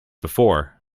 before